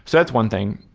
so that's one thing.